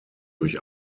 durch